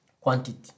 quantity